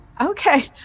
Okay